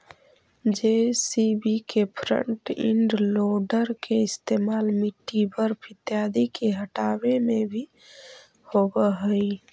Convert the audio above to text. JCB के front end loader के इस्तेमाल मिट्टी, बर्फ इत्यादि के हँटावे में भी होवऽ हई